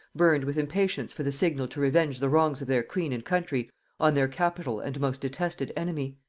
burned with impatience for the signal to revenge the wrongs of their queen and country on their capital and most detested enemy.